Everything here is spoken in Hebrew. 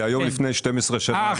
זה היום לפני 12 שנה שהפסקתי את התפקיד.